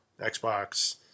Xbox